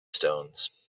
stones